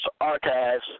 Archives